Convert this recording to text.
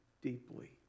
deeply